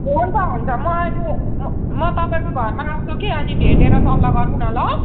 हुन्छ हुन्छ म अहिले म म तपाईँको घरमा आउँछु कि अनि भेटेर सल्लाह गरौँ न ल